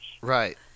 Right